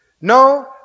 No